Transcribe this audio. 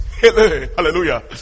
hallelujah